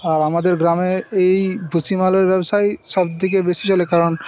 আর আমাদের গ্রামের এই ভুষিমালের ব্যবসাই সবথেকে বেশি চলে কারণ